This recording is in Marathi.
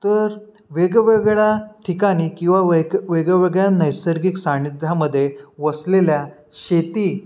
तर वेगवेगळ्या ठिकाणी किंवा वेग वेगवेगळ्या नैसर्गिक सान्निध्यामध्ये वसलेल्या शेती